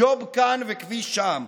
ג'וב כאן וכביש שם.